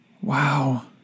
Wow